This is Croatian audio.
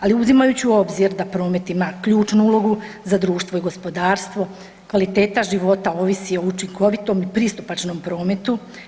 Ali uzimajući u obzir da promet ima ključnu ulogu za društvo i gospodarstvo, kvaliteta života ovisi o učinkovitom i pristupačnom prometu.